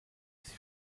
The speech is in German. sie